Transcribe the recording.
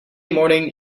morning